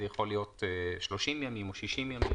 זה יכול להיות 30 ימים או 60 ימים,